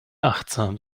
achtsam